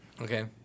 Okay